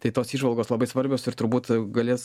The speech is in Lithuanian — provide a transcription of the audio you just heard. tai tos įžvalgos labai svarbios ir turbūt galės